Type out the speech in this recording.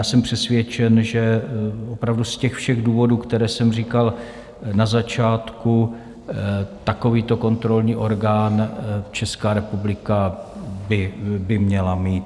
Jsem přesvědčen, že opravdu z těch všech důvodů, které jsem říkal na začátku, takovýto kontrolní orgán Česká republika by měla mít.